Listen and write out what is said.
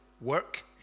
work